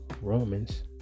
Romans